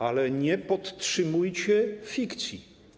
Ale nie podtrzymujcie fikcji.